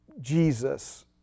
Jesus